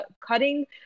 cutting